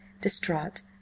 distraught